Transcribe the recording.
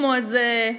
כמו איזה,